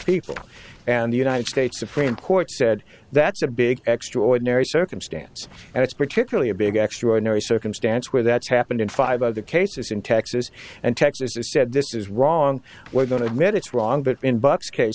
people and the united states supreme court said that's a big extraordinary circumstance and it's particularly a big extraordinary circumstance where that's happened in five other cases in texas and texas has said this is wrong we're going to admit it's wrong but in buck's case